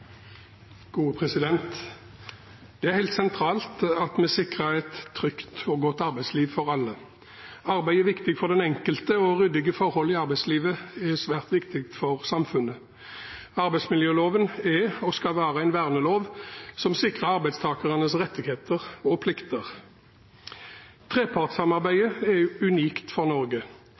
helt sentralt at vi sikrer et trygt og godt arbeidsliv for alle. Arbeid er viktig for den enkelte, og ryddige forhold i arbeidslivet er svært viktig for samfunnet. Arbeidsmiljøloven er og skal være en vernelov som sikrer arbeidstakernes rettigheter og plikter. Trepartssamarbeidet er unikt for Norge.